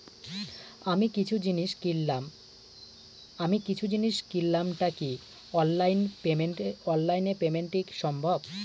আমি কিছু জিনিস কিনলাম টা কি অনলাইন এ পেমেন্ট সম্বভ?